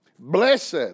Blessed